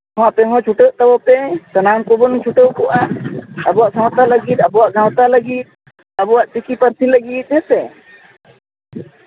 ᱟᱯᱮ ᱦᱚᱸ ᱪᱷᱩᱴᱟᱹᱜ ᱛᱟᱵᱚᱱ ᱯᱮ ᱥᱟᱱᱟᱢ ᱠᱚᱵᱚᱱ ᱪᱷᱩᱴᱟᱹᱣ ᱠᱚᱜᱼᱟ ᱟᱵᱚᱣᱟᱜ ᱥᱟᱶᱛᱟ ᱞᱟᱹᱜᱤᱫ ᱟᱵᱚᱣᱟᱜ ᱜᱟᱶᱛᱟ ᱞᱟᱹᱜᱤᱫ ᱟᱵᱚᱣᱟᱜ ᱪᱤᱠᱤ ᱯᱟᱹᱨᱥᱤ ᱞᱟᱹᱜᱤᱫ ᱦᱮᱸᱥᱮ